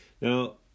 Now